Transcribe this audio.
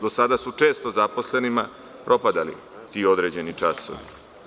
Do sada su često zaposlenima propadali ti određeni časovi.